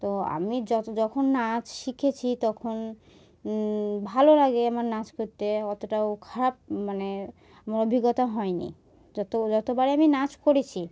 তো আমি যত যখন নাচ শিখেছি তখন ভালো লাগে আমার নাচ করতে অতটাও খারাপ মানে আমার অভিজ্ঞতা হয়নি যত যতবার আমি নাচ করেছি